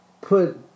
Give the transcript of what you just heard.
put